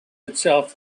itself